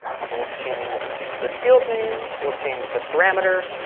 so we'll change the field name, we'll change the parameter,